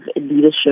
leadership